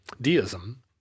Deism